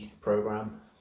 program